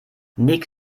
nick